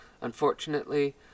Unfortunately